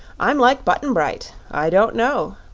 i'm like button-bright. i don't know,